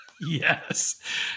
Yes